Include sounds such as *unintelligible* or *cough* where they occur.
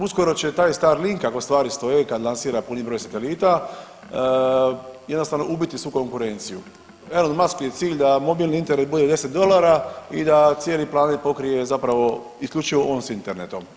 Uskoro će taj Starlink kako stvari stoje kad lansira puni broj satelita jednostavno ubiti svu konkurenciju. … *unintelligible* da mobilni internet bude 10 dolara i da cijeni planet pokrije zapravo isključivo on s internetom.